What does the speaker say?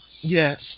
Yes